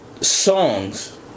songs